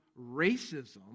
racism